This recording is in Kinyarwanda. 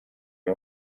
ayo